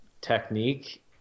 technique